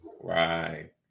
Right